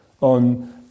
on